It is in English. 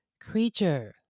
creature